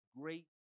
great